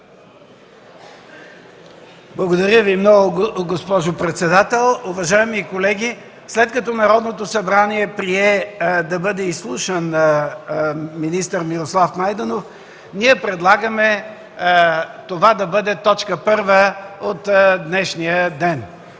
Благодаря много, госпожо председател. Уважаеми колеги, след като Народното събрание прие да бъде изслушан министър Мирослав Найденов, ние предлагаме това да бъде точка първа от днешния ден.